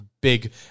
big